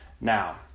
now